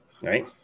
Right